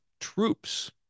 troops